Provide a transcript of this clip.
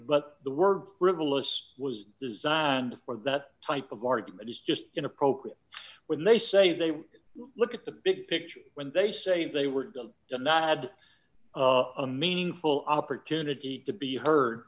but the word river list was designed for that type of argument is just inappropriate when they say they look at the big picture when they say they were not had a meaningful opportunity to be heard